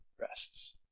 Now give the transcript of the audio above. rests